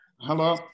hello